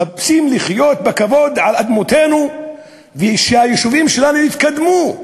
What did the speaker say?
מחפשים לחיות בכבוד על אדמותינו ושהיישובים שלנו יתקדמו.